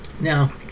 now